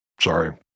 sorry